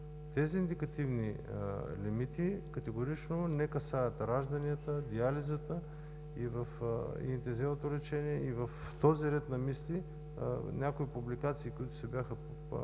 Тези индикативни лимити категорично не касаят ражданията, диализата, и интензивното лечение. В този ред на мисли някои публикации, които се бяха